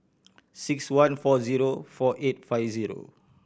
six one four zero four eight five zero